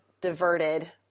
diverted